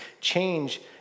change